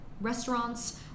restaurants